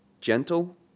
gentle